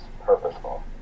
Purposeful